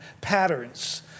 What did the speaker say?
patterns